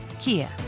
Kia